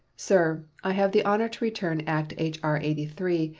sir i have the honor to return act h r. eighty three,